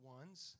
ones